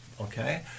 Okay